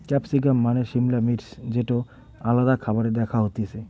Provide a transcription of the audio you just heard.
capsicum মানে সিমলা মির্চ যেটো আলাদা খাবারে দেয়া হতিছে